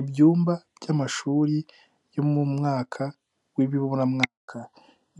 Ibyumba by'amashuri yo mu mwaka w'ibiburamwaka,